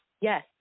Yes